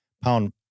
pound